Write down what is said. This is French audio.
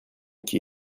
qui